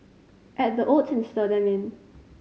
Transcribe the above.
add the oats and stir them in